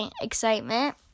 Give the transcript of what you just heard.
excitement